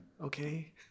Okay